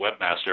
webmaster